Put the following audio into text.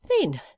Then